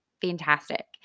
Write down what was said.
fantastic